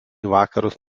vakarus